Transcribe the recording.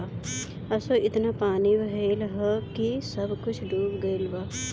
असो एतना पानी भइल हअ की सब कुछ डूब गईल बा